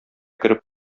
кереп